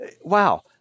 wow